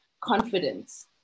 confidence